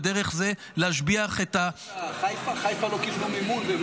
ודרך זה להשביח --- חיפה לא קיבלו מימון,